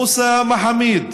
מוסא מחאמיד,